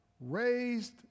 raised